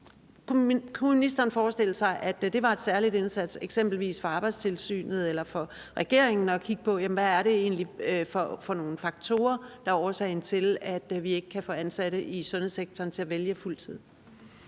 Kunne ministeren forestille sig, at det skulle have en særlig indsats eksempelvis fra Arbejdstilsynet eller fra regeringen, altså at kigge på, hvad det egentlig er for nogle faktorer, der er årsagen til, at vi ikke kan få ansatte i sundhedssektoren til at vælge fuld tid?